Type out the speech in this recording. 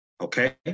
okay